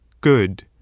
good